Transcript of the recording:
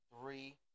three